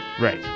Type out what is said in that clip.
Right